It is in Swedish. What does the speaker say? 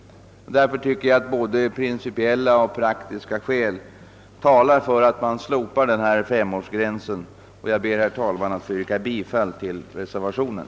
Jag tycker som sagt att både principiella och praktiska skäl talar för att man slopar denna femårsgräns, och jag ber därför, herr talman, att få yrka bifall till reservationen.